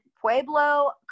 Pueblo